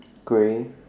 grey